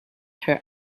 her